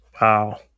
Wow